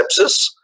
sepsis